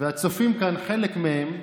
הצופים כאן, חלק מהם,